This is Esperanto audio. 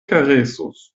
karesos